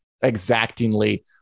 exactingly